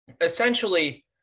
Essentially